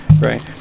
Right